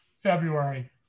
February